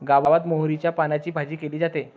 गावात मोहरीच्या पानांची भाजी केली जाते